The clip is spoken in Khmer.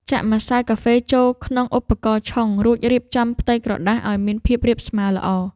ចាក់ម្សៅកាហ្វេចូលក្នុងឧបករណ៍ឆុង រួចរៀបចំផ្ទៃកាហ្វេឱ្យមានភាពរាបស្មើល្អ។